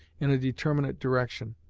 in a determinate direction,